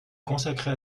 consacrer